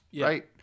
Right